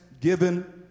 given